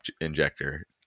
injector